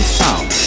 sound